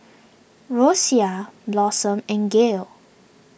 Rosia Blossom and Gale